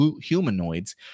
humanoids